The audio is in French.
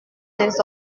des